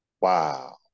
Wow